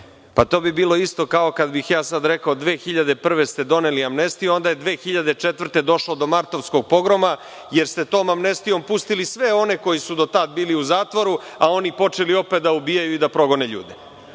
To bi bilo isto kao kada bih ja sada rekao – 2001. godine ste doneli amnestiju a onda je 2004. došlo do martovskog pogroma, jer ste tom amnestijom pustili sve one koji su do tada bili u zatvoru, a oni počeli opet da ubijaju i da progone ljude. Opet